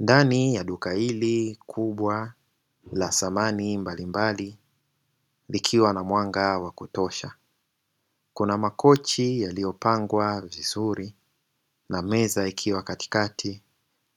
Ndani ya duka hili kubwa la samani mbalimbali likiwa na mwanga wa kutosha, kuna makochi yaliyopangwa vizuri na meza ikiwa katikati